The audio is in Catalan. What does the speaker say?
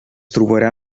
trobarà